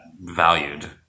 valued